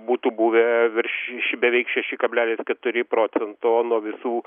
būtų buvę virš beveik šeši kablelis keturi procento nuo visų